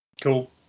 cool